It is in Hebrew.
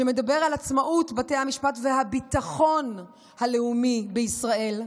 שמדבר על עצמאות בתי המשפט והביטחון הלאומי בישראל,